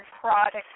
product